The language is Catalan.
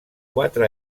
quatre